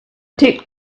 take